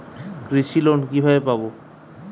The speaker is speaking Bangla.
কৃষি লোন কিভাবে পাব?